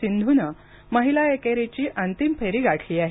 सिंधूनं महिला एकेरीची अंतिम फेरी गाठली आहे